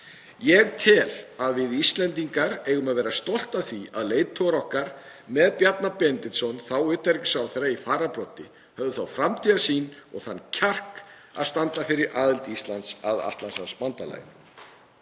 Ég tel að við Íslendingar eigum að vera stolt af því að leiðtogar okkar, með Bjarna Benediktsson, þá utanríkisráðherra, í fararbroddi, höfðu þá framtíðarsýn og þann kjark að standa að aðild Íslands að Atlantshafsbandalaginu.